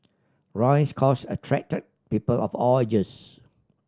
Roy's cause attracted people of all ages